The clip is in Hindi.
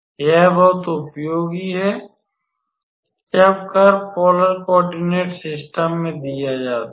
यह बहुत उपयोगी है जब कर्व पोलर कॉओर्डिनेट सिस्टम में दिया जाता है